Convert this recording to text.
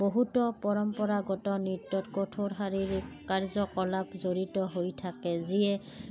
বহুতো পৰম্পৰাগত নৃত্যত কঠোৰ শাৰীৰিক কাৰ্যকলাপ জড়িত হৈ থাকে যিয়ে